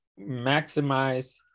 maximize